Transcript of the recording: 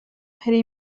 hari